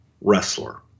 wrestler